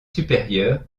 supérieur